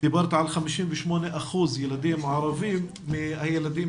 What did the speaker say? דיברת על 58% ילדים ערבים מהילדים